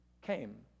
came